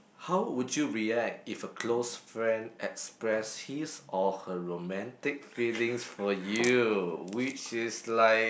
how would you react if a close friend express his or her romantic feelings for you which is like